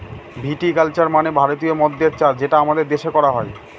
ভিটি culture মানে ভারতীয় মদ্যের চাষ যেটা আমাদের দেশে করা হয়